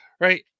Right